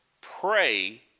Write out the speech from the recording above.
pray